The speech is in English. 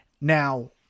now